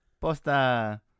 Posta